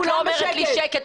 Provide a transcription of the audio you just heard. את לא אומרת לי שקט.